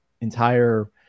entire